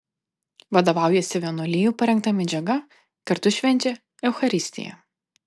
vadovaujasi vienuolijų parengta medžiaga kartu švenčia eucharistiją